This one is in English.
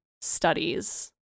studies